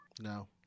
No